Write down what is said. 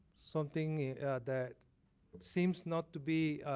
something that seems not to be